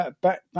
back